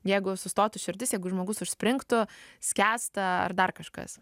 jeigu sustotų širdis jeigu žmogus užspringtų skęsta ar dar kažkas